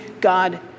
God